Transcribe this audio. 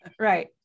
Right